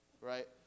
right